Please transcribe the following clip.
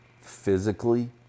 physically